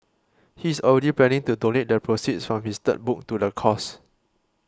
he is already planning to donate the proceeds from his third book to the cause